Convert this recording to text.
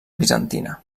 bizantina